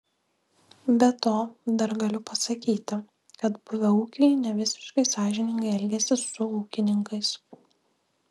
be to dar galiu pasakyti kad buvę ūkiai nevisiškai sąžiningai elgiasi su ūkininkais